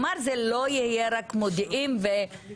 כלומר זה לא יהיה רק מודיעים וזהו,